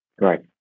Right